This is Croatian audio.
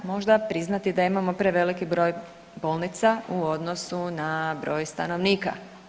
Možda priznati da imamo preveliki broj bolnica u odnosu na broj stanovnika.